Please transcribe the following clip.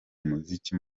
umuziki